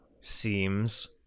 seems